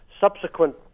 subsequent